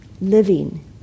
living